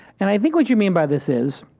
and i think what you mean by this is,